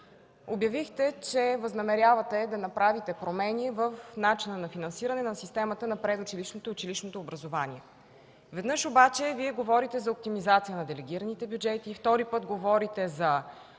обявихте, че възнамерявате да направите промени в начина на финансиране на системата на предучилищното и училищното образование. Веднъж обаче Вие говорите за оптимизация на делегираните бюджети, втори път говорите за